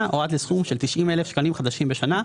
או עד לסכום של 90 אלף שקלים חדשים בשנה,